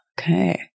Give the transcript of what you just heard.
okay